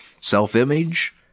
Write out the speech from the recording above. self-image